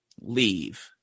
leave